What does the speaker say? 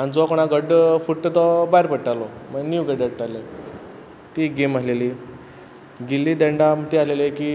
आन जो कोणा गड्ड फुड्ट तो भायर पडटालो मा न्यू गड्डे हाडटाले ती एक गेम आल्हेली गिल्ली दंडा म्हूण ते आल्हेले की